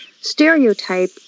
stereotype